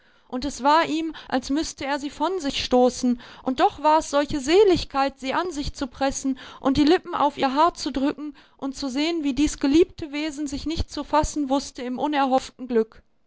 und es war ihm als müßte er sie von sich stoßen und doch war es solche seligkeit sie an sich zu pressen und die lippen auf ihr haar zu drücken und zu sehen wie dies geliebte wesen sich nicht zu fassen wußte im unerhofften glück